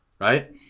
right